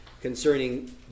concerning